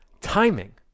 Timing